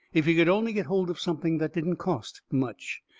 if he could only get hold of something that didn't cost much,